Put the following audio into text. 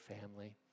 family